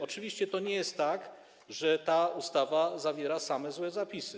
Oczywiście nie jest tak, że ta ustawa zawiera same złe zapisy.